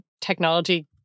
technology